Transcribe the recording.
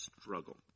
struggle